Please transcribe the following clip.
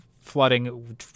flooding